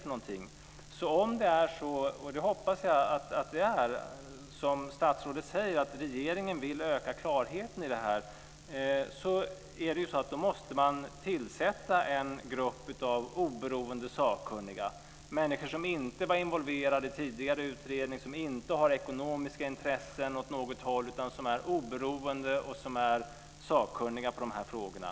Om det är så som statsrådet säger, och det hoppas jag att det är, att regeringen vill öka klarheten i det här, då måste man tillsätta en grupp av oberoende sakkunniga, människor som inte var involverade i tidigare utredning och som inte har ekonomiska intressen åt något håll utan som är oberoende och sakkunniga i de här frågorna.